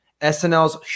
SNL's